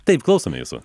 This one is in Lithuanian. taip klausome jūsų